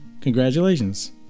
Congratulations